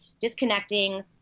disconnecting